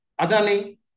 Adani